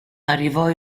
arrivò